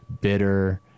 bitter